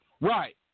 Right